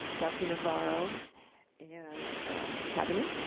dr. navarro and cabinet.